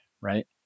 right